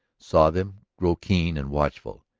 saw them grow keen and watchful,